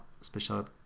Special